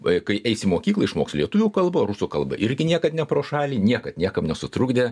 vaikai eis į mokyklą išmoks lietuvių kalbą rusų kalba irgi niekad ne pro šalį niekad niekam nesutrukdė